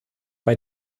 bei